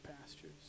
pastures